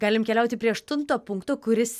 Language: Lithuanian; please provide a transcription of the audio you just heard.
galim keliauti prie aštunto punkto kuris